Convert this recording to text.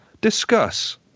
Discuss